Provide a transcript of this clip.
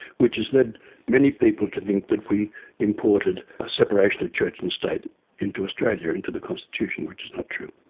which has led many people to think that we imported a separation of church and state into australia, into the constitution, which is not true.